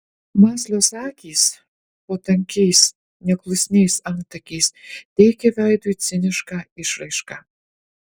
mąslios akys po tankiais neklusniais antakiais teikė veidui cinišką išraišką